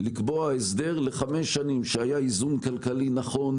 לקבוע הסדר לחמש שנים שהיה איזון כלכלי נכון,